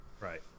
Right